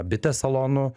bitės salonų